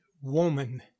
woman